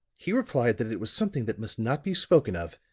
he replied that it was something that must not be spoken of,